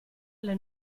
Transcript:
alle